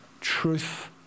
truth